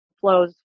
flows